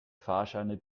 fahrscheine